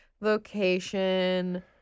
location